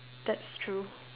that's true